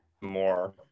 more